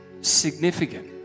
significant